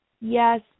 Yes